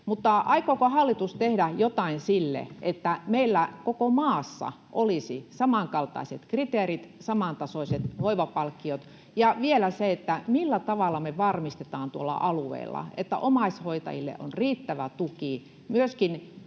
aikooko hallitus tehdä jotain sille, että meillä koko maassa olisi samankaltaiset kriteerit ja samantasoiset hoivapalkkiot? Vielä: millä tavalla me varmistetaan tuolla alueilla, että omaishoitajille on riittävä tuki, myöskin